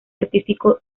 artístico